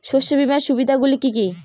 শস্য বীমার সুবিধা গুলি কি কি?